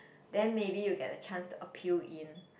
then maybe you get a chance to appeal in